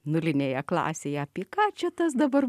nulinėje klasėje apie ką čia tas dabar